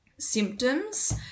symptoms